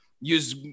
use